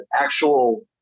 actual